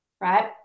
right